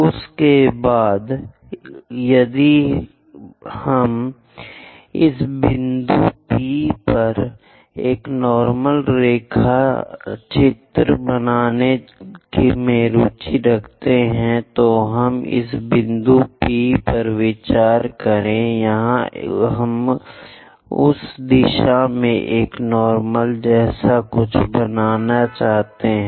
उसके बाद यदि हम एक बिंदु P पर एक नार्मल रेखाचित्र बनाने में रुचि रखते हैं तो हम इस बिंदु P पर विचार करें यहाँ हम उस दिशा में एक नार्मल जैसा कुछ बनाना चाहते हैं